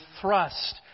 thrust